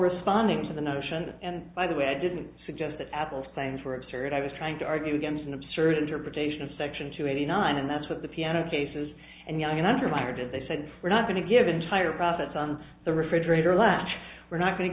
responding to the notion and by the way i didn't suggest that apple's playing for absurd i was trying to argue against an absurd interpretation of section two eighty nine and that's what the piano cases and young untermeyer did they said we're not going to give entire process on the refrigerator latch we're not going to